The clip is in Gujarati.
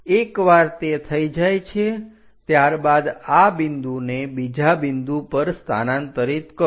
એકવાર તે થઇ જાય છે ત્યારબાદ આ બિંદુને બીજા બિંદુ પર સ્થાનાંતરિત કરો